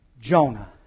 Jonah